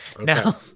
Now